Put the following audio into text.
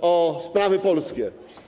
o sprawy polskie.